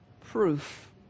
proof